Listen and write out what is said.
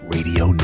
Radio